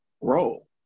role